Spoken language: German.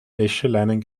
wäscheleinen